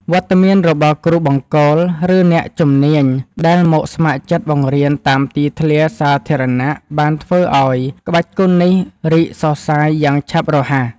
វត្តមានរបស់គ្រូបង្គោល ឬអ្នកជំនាញដែលមកស្ម័គ្រចិត្តបង្រៀនតាមទីធ្លាសាធារណៈ បានធ្វើឱ្យក្បាច់គុណនេះរីកសុះសាយយ៉ាងឆាប់រហ័ស។